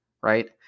Right